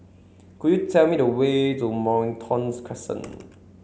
could you tell me the way to Mornington Crescent